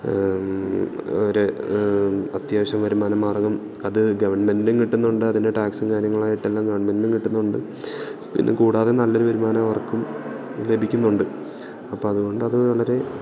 ഒരു അത്യാവശ്യം വരുമാനമാർഗ്ഗം അത് ഗവൺമെൻറ്റ്നും കിട്ടുന്നുണ്ട് അതിൻ്റെ ടാക്സും കാര്യങ്ങളായിട്ടെല്ലാം ഗവൺമെൻറ്റ്നും കിട്ടുന്നുണ്ട് പിന്നെ കൂടാതെ നല്ലൊരു വരുമാനം അവർക്കും ലഭിക്കുന്നുണ്ട് അപ്പം അതുകൊണ്ട് അത് വളരെ